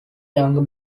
younger